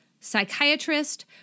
psychiatrist